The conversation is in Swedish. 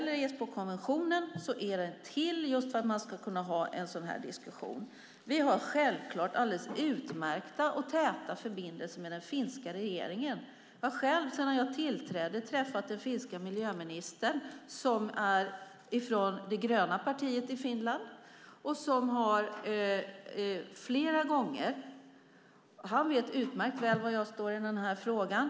Esbokonventionen är till för att man ska kunna ha en sådan här diskussion. Vi har självfallet alldeles utmärkta och täta förbindelser med den finska regeringen. Sedan jag tillträdde har jag träffat den finska miljöministern, som är från det gröna partiet i Finland, flera gånger. Han vet utmärkt väl var jag står i den här frågan.